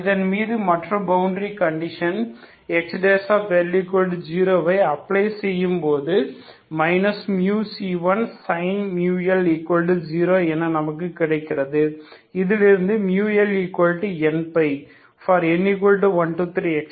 இதன் மீது மற்ற பவுண்டரி கண்டிஷன் XL0 ஐ அப்ளை செய்யும் போது μc1sin μL 0 என நமக்கு கிடைக்கிறது இதிலிருந்து μLnπ for n123